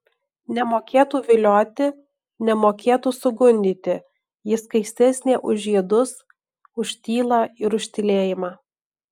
nemokėtų vilioti nemokėtų sugundyti ji skaistesnė už žiedus už tylą ir už tylėjimą